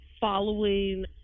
following